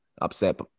upset